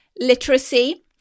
literacy